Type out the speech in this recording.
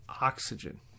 oxygen